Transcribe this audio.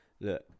look